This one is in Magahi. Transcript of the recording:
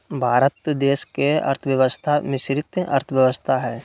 भारत देश के अर्थव्यवस्था मिश्रित अर्थव्यवस्था हइ